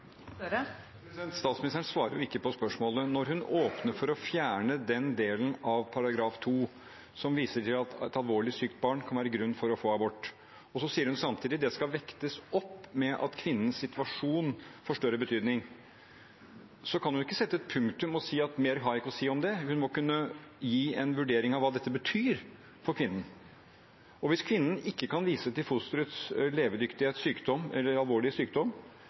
Statsministeren svarer ikke på spørsmålet. Når hun åpner for å fjerne den delen av § 2 som viser til at et alvorlig sykt barn kan være grunn for å få abort, og samtidig sier at det skal vektes opp med at kvinnenes situasjon får større betydning, så kan hun ikke sette punktum og si at mer har hun ikke å si om det. Hun må kunne gi en vurdering av hva dette betyr for kvinnen. Hvis kvinnen ikke kan vise til fosterets levedyktighet eller alvorlig sykdom,